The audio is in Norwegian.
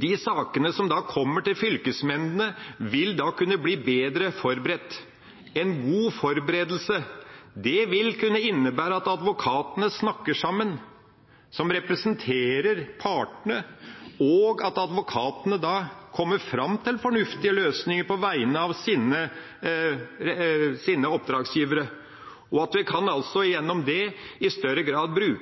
de sakene som kommer til fylkesnemndene, kunne bli bedre forberedt. En god forberedelse vil kunne innebære at advokatene som representerer partene, snakker sammen, at advokatene da kommer fram til fornuftige løsninger på vegne av sine oppdragsgivere – og at vi altså gjennom det i større grad kan